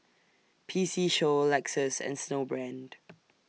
P C Show Lexus and Snowbrand